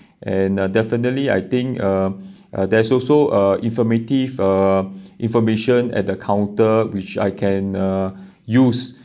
and uh definitely I think uh there's also a infirmity~ uh information at the counter which I can uh use